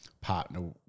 partner